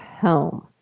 home